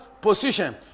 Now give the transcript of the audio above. position